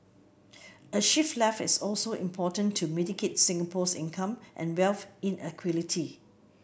a shift left is also important to mitigate Singapore's income and wealth inequality